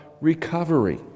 recovery